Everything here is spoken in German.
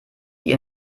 die